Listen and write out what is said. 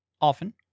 often